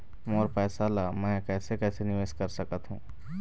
मोर पैसा ला मैं कैसे कैसे निवेश कर सकत हो?